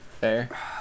Fair